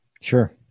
Sure